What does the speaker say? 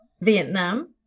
Vietnam